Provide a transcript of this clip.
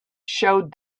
showed